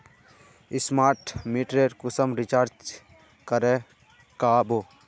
Smart मीटरेर कुंसम recharge कुंसम करे का बो?